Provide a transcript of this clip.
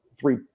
three